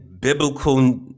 biblical